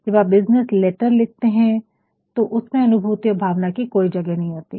जब आप business letter लिखते हैं तो उसमें अनुभूति और भावना की कोई जगह नहीं होती है